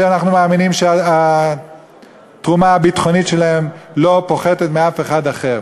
ושאנחנו מאמינים שהתרומה הביטחונית שלהם לא פחותה מזו של אף אחד אחר.